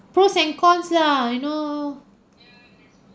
pros and cons lah you know